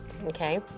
okay